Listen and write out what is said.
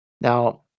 Now